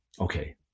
Okay